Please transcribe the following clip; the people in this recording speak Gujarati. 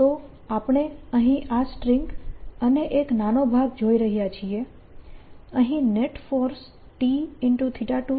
તો આપણે અહીં આ સ્ટ્રીંગ અને એક નાનો ભાગ જોઈ રહ્યા છીએ અહીં નેટ ફોર્સ T છે